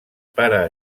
pare